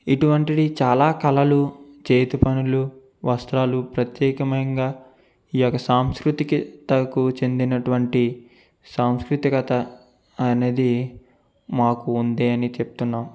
ఇటువంటివి చాలా కళలు చేతు పనులు వస్త్రాలు ప్రత్యేకంగా ఈ ఒక సాంస్కృతికి తగు చెందినటువంటి సాంస్కృతికత అనేది మాకు ఉంది అని చెప్తున్నాం